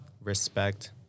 Respect